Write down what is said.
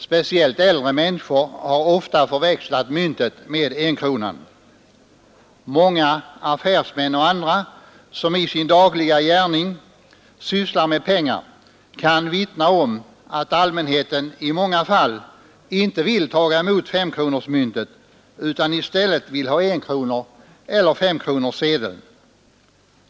Speciellt äldre människor har ofta förväxlat myntet med enkronan. Många affärsmän och andra som i sin dagliga gärning sysslar med pengar kan vittna om att allmänheten i många fall inte vill taga emot femkronemyntet utan i stället vill ha enkronor eller femkronesedeln.